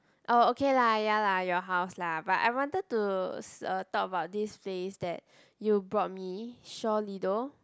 oh okay lah ya lah your house lah but I wanted to s~ talk about this place that you brought me Shaw Lido